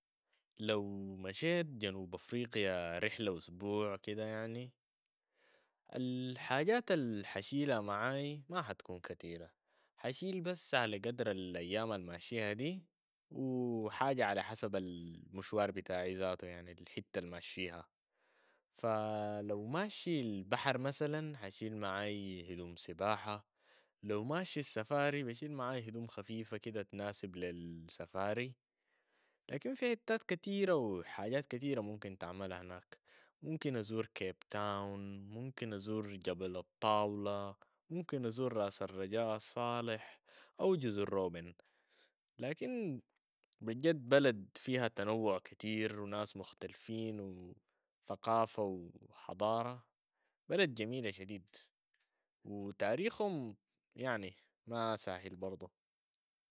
لو مشيت جنوب افريقيا رحلة اسبوع كده يعني، الحاجات الحشيلها معاي ما حتكون كتيرة، حشيل بس على قدر الايام الماشية دي و حاجة على حسب ال- مشوار بتاعي ذاتو، يعني الحتة الماشية، ف- لو ماشي البحر مثلا حشيل معاي هدوم سباحة، لو ماشي السفاري بشيل معاي هدوم خفيفة كده تناسب للسفاري، لكن في حتات كتيرة و حاجات كتيرة ممكن تعملها هناك، ممكن أزور كيب تاون، ممكن أزور جبل الطاولة، ممكن أزور راس الرجال صالح أو جزر روبين، لكن بالجد بلد فيها تنوع كتير و ناس مختلفين و ثقافة و حضارة بلد جميلة شديد و تاريخهم يعني ما ساهل برض.